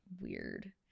weird